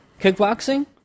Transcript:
kickboxing